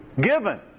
Given